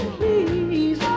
Please